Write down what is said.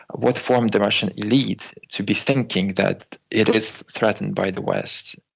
what formed the russian elite to be thinking that it is threatened by the west.